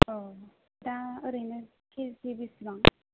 औ दा ओरैनो केजि बिसिबां